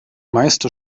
meiste